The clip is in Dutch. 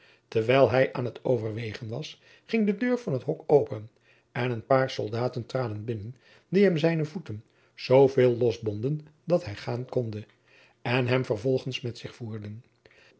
terwijl hij aan het overwegen was ging de deur van het hok open en een paar soldaten traden binnen die hem zijne voeten zoo veel losbonden dat hij gaan konde en hem vervolgens met zich voerden